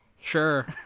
Sure